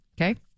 okay